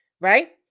right